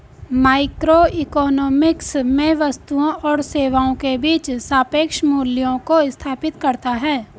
microeconomics में वस्तुओं और सेवाओं के बीच सापेक्ष मूल्यों को स्थापित करता है